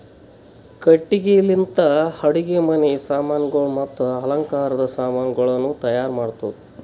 ಕಟ್ಟಿಗಿ ಲಿಂತ್ ಅಡುಗಿ ಮನಿ ಸಾಮಾನಗೊಳ್ ಮತ್ತ ಅಲಂಕಾರದ್ ಸಾಮಾನಗೊಳನು ತೈಯಾರ್ ಮಾಡ್ತಾರ್